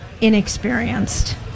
inexperienced